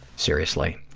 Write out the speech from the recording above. seriously,